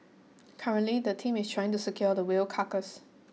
currently the team is trying to secure the whale carcass